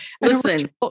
listen